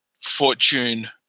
Fortune